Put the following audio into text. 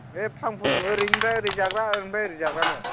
फां फुं ओरैनिफ्राय ओरै जाग्रा ओरैनिफ्राय ओरै जाग्रा दं